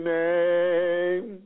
name